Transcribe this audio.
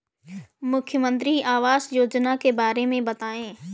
मुख्यमंत्री आवास योजना के बारे में बताए?